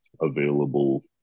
available